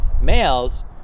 males